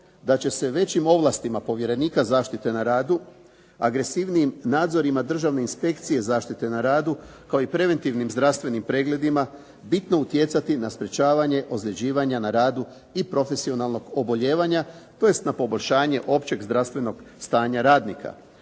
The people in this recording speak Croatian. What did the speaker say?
da će se većim ovlastima povjerenika zaštite na radu, agresivnijim nadzorima državne inspekcije zaštite na radu, kao i preventivnim zdravstvenim pregledima bitno utjecati na sprečavanje ozljeđivanja na radu i profesionalnog obolijevanja, tj. na poboljšanje općeg zdravstvenog stanja radnika.